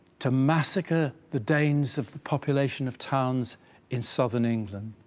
to massacre the danes of the population of towns in southern england.